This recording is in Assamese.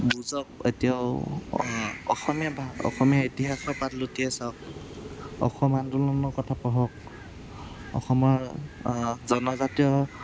বুজক এতিয়াও অসমীয়া ভা অসমীয়া ইতিহাসৰ পাত লুটিয়াই চাওক অসম আন্দোলনৰ কথা পঢ়ক অসমৰ জনজাতীয়